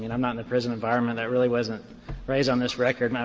and i'm not in the prison environment. it really wasn't raised on this record.